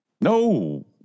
No